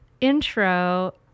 intro